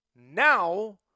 Now